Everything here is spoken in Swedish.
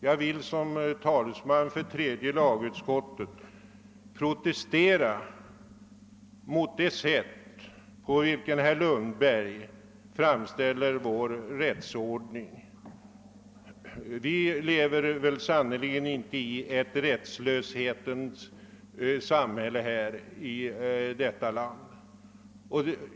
Jag vill som talesman för tredje lagutskottet protestera mot det sätt på vilket herr Lundberg framställer vår rättsordning. Vi lever verkligen inte i ett rättslöshetens samhälle i vårt land.